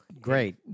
great